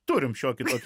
turim šiokį tokį